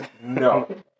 No